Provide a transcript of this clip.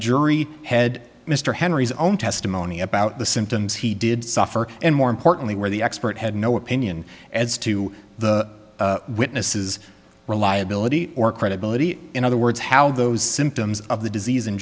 jury had mr henry's own testimony about the symptoms he did suffer and more importantly where the expert had no opinion as to the witnesses reliability or credibility in other words how those symptoms of the disease in